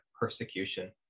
persecution